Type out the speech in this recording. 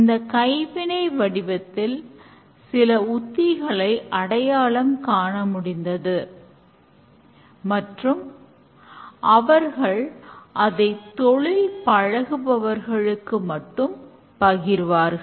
இந்த கைவினை வடிவத்தில் சில உத்திகளை அடையாளம் காண முடிந்தது மற்றும் அவர்கள் அதை தொழில் பழகுபவர்களுக்கு மட்டும் பகிர்வார்கள்